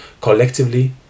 Collectively